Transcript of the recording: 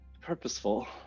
purposeful